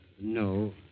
no